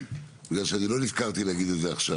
בגלל שאני לא נזכרתי להגיד את זה עכשיו